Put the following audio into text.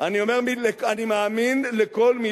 אתה בעצמך לא מאמין למה